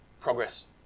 Progress